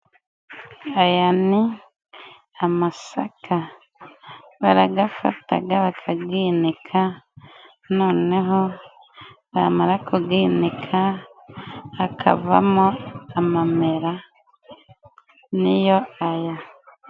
Aya ni amasaka baragafataga bakaginika, noneho bamara kuginika hakavamo amamera niyo aya.